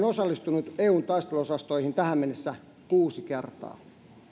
osallistunut eun taisteluosastoihin tähän mennessä kuusi kertaa